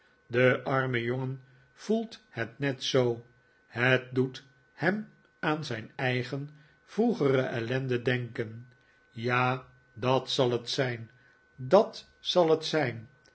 de arme jongen voelt het net zoo het doet hem aan zijn eigen vroegere ellende denken ja dat zal het zijn dat zal het zijn